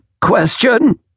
question